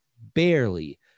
barely